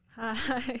Hi